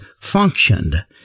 functioned